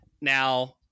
Now